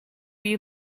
you